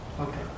Okay